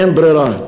אין ברירה.